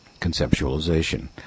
conceptualization